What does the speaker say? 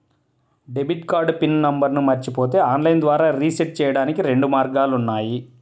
debit card PIN నంబర్ను మరచిపోతే online ద్వారా రీసెట్ చెయ్యడానికి రెండు మార్గాలు ఉన్నాయి